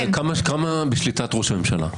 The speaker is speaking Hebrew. כמה בשליטת ראש הממשלה?